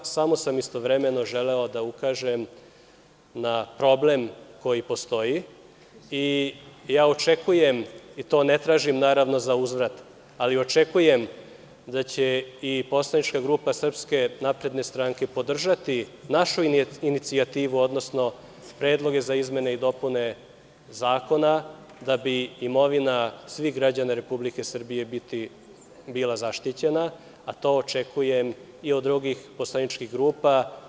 Samo sam istovremeno želeo da ukažem na problem koji postoji i očekujem i to ne tražim za uzvrat, ali očekujem da će i poslanička grupa SNS podržati našu inicijativu, odnosno predloge za izmene i dopune zakona, da bi imovina svih građana Republike Srbije bila zaštićena, a to očekujem i od drugih poslaničkih grupa.